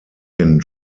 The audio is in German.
den